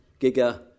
giga